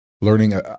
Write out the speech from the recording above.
learning